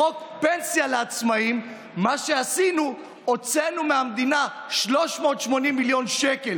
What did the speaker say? בחוק פנסיה לעצמאים מה שעשינו זה שהוצאנו מהמדינה 380 מיליון שקל